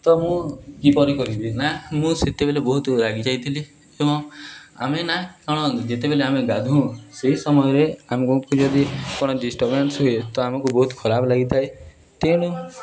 ତ ମୁଁ କିପରି କରିବି ନା ମୁଁ ସେତେବେଲେ ବହୁତ ରାଗି ଯାଇଥିଲି ଏବଂ ଆମେ ନା କ'ଣ ଯେତେବେଲେ ଆମେ ଗାଧୁଉ ସେଇ ସମୟରେ ଆମକୁ ଯଦି କ'ଣ ଡ଼ିଷ୍ଟର୍ବାନ୍ସ ହୁଏ ତ ଆମକୁ ବହୁତ ଖରାପ ଲାଗିଥାଏ ତେଣୁ